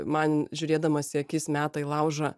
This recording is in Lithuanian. man žiūrėdamas į akis meta į laužą